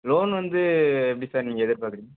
loan வந்து எப்படி sir நீங்கள் எதிர்பார்க்குறீங்க